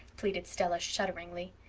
pleaded stella, shudderingly.